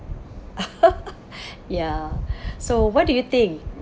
ya so what do you think